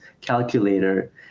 calculator